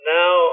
now